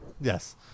Yes